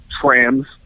trams